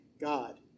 God